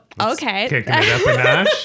okay